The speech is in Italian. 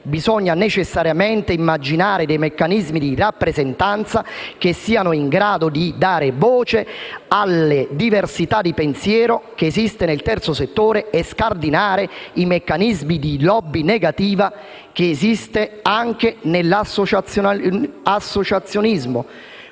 Bisogna necessariamente immaginare dei meccanismi di rappresentanza che siano in grado di dare voce alla diversità di pensiero che esiste nel terzo settore e scardinare i meccanismi negativi di *lobbying* che esistono anche nell'associazionismo.